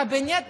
יוליה, ממה את,